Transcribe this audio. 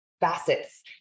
facets